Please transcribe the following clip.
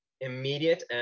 immediate